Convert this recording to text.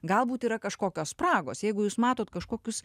galbūt yra kažkokios spragos jeigu jūs matot kažkokius